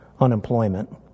unemployment